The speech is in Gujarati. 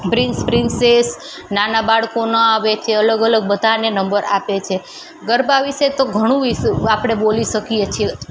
પ્રિન્સ પ્રિન્સેસ નાના બાળકોના વેથી અલગ અલગ બધાને નંબર આપે છે ગરબા વિષે તો ઘણું વિષું આપણે બોલી શકીએ છીએ